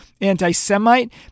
anti-Semite